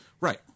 Right